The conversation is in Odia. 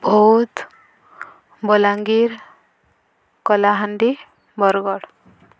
ବୌଦ୍ଧ ବଲାଙ୍ଗୀର କଲାହାଣ୍ଡି ବରଗଡ଼